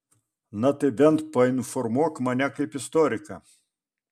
na tai bent painformuok mane kaip istoriką